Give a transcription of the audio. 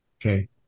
Okay